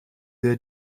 wir